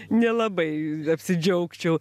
nelabai apsidžiaugčiau